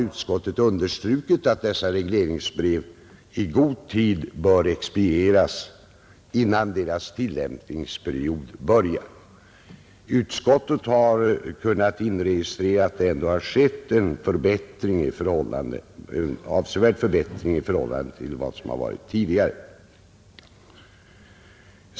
Utskottet har understrukit att dessa regleringsbrev i god tid bör expedieras innan deras tillämpningsperiod börjar. Utskottet har kunnat inregistrera att det ändå skett en avsevärd förbättring i förhållande till vad som var fallet tidigare.